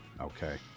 Okay